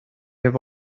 have